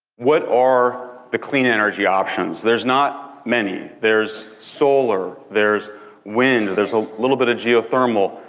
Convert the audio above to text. what are the clean energy options? there's not many. there's solar, there's wind, there's a little bit of geothermal,